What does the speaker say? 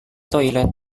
toilet